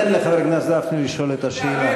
תן לחבר הכנסת גפני לשאול את השאלה.